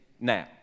now